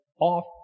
off